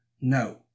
No